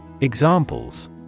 Examples